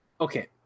okay